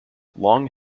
long